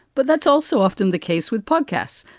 but that's also often the case with podcasts.